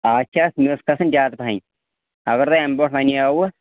اَز چھِ اَتھ میٚژ کھسان زیادٕ پَہن اگر تۄہہِ اَمہِ برٛونٛٹھ وَنیٛاوٕ